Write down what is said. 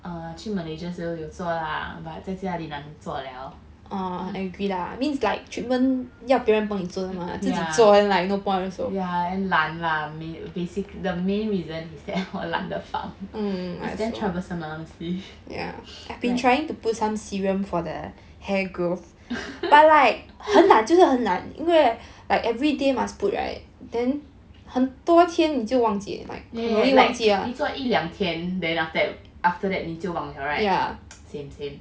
err 去 malaysia 的时候有做 lah but 在家里懒得做了 yeah and 懒 lah basic the main reason is that 我懒得放 it's damn troublesome lah mostly like yeah yeah like 你做一两天 then after that after that 你就忘了 right same same